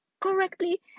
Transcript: correctly